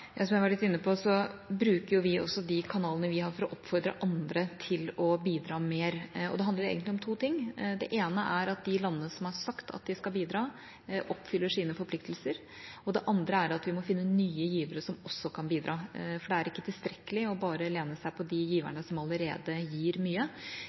Som jeg var litt inne på, bruker vi også de kanalene vi har, til å oppfordre andre til å bidra mer. Det handler egentlig om to ting. Det ene er at de landene som har sagt at de skal bidra, oppfyller sine forpliktelser. Det andre er at vi må finne nye givere som også kan bidra, for det er ikke tilstrekkelig bare å lene seg på de giverne som allerede gir mye.